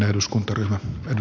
arvoisa puhemies